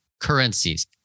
currencies